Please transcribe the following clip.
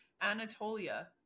Anatolia